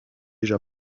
déjà